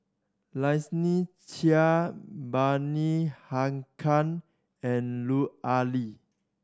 Lynnette Seah Bani Haykal and Lut Ali